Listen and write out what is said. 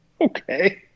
Okay